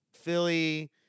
Philly